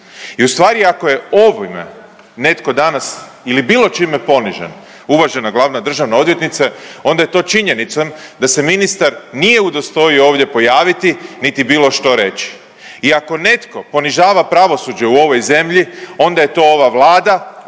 I ustvari ako je ovime netko danas ili čime ponižen uvažena glavna državna odvjetnice onda je to činjenicom da se ministar nije udostojio ovdje pojaviti niti bilo što reći. I ako netko ponižava pravosuđe u ovoj zemlji onda je to ova Vlada,